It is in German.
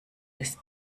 ist